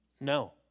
No